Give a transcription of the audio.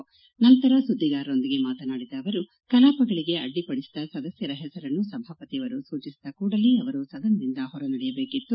ದೆಹಲಿಯಲ್ಲಿಂದು ಸುದ್ದಿಗಾರರೊಂದಿಗೆ ಮಾತನಾಡಿದ ಅವರು ಕಲಾಪಗಳಗೆ ಅಡ್ಡಿಪಡಿಸಿದ ಸಸದಸ್ಕರ ಹೆಸರನ್ನು ಸಭಾಪತಿಯವರು ಸೂಚಿಸಿದ ಕೂಡಲೇ ಅವರು ಸದನದಿಂದ ಹೊರ ನಡೆಯಬೇಕಾಗಿತ್ತು